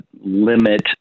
limit